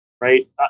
right